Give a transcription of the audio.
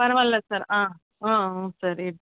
பரவாயில்ல சார் ஆ ஆ சரி